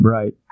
Right